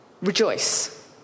Rejoice